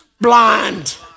blind